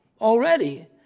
already